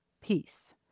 peace